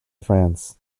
france